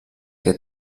que